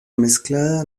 mezclada